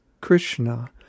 Krishna